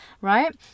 right